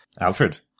Alfred